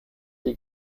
sie